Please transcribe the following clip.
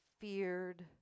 feared